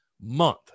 month